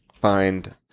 find